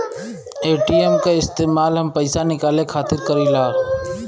ATM क इस्तेमाल हम पइसा निकाले खातिर करीला